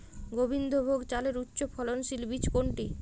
গোবিন্দভোগ চালের উচ্চফলনশীল বীজ কোনটি?